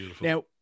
Now